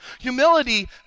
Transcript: Humility